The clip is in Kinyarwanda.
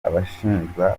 abashinjwa